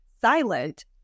silent